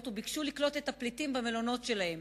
וביקשו לקלוט את הפליטים במלונות שלהם.